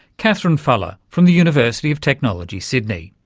katherine fallah, from the university of technology, sydney.